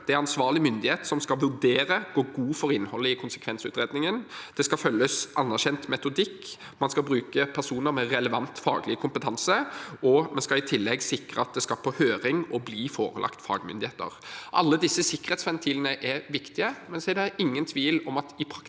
Det er ansvarlig myndighet som skal vurdere og gå god for innholdet i konsekvensutredningen. Det skal følges anerkjent metodikk. Man skal bruke personer med relevant faglig kompetanse. Vi skal i tillegg sikre at det skal på høring og bli forelagt fagmyndigheter. Alle disse sikkerhetsventilene er viktige, men det er ingen tvil om at det i praktiseringen